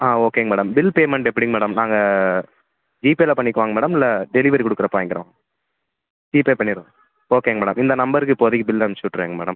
ஆ ஓகேங்க madam bill payment எப்படிங்க madam நாங்கள் ஜிபேவில் பண்ணிக்கவாங்க மேடம் இல்லை டெலிவரி கொடுக்குறப்ப வாங்கிக்கிறோம் ஜிபே பண்ணிடுறோம் ஓகேங்க மேடம் இந்த நம்பருக்கு இப்போதைக்கு பில் அனுச்சிவிட்றேங்க மேடம்